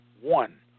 One